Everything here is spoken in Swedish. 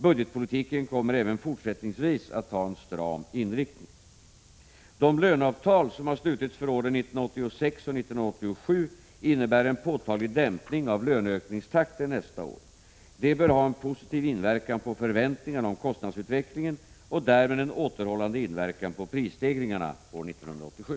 Budgetpolitiken kommer även fortsättningsvis att ha en stram inriktning. De löneavtal som har slutits för åren 1986 och 1987 innebär en påtaglig dämpning av löneökningstakten nästa år. Detta bör ha en positiv inverkan på förväntningarna om kostnadsutvecklingen och därmed en återhållande inverkan på prisstegringarna år 1987.